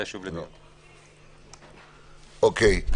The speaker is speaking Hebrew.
אוקיי.